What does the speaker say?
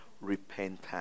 Repentance